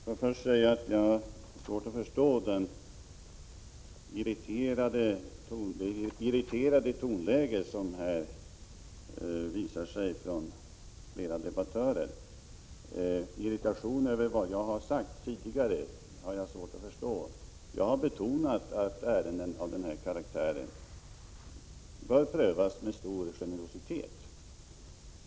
Herr talman! Låt mig först säga att jag har svårt att förstå det irriterade tonläget hos debattörerna. Jag har svårt att förstå denna irritation över vad jag tidigare har sagt. Jag har betonat att ärenden av denna karaktär bör prövas med stor generositet.